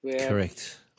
Correct